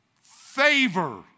favor